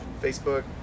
Facebook